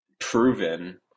proven